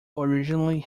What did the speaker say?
originally